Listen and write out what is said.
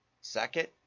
second